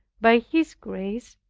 by his grace,